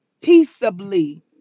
peaceably